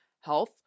health